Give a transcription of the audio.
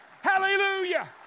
hallelujah